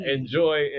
Enjoy